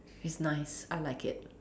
it's nice I like it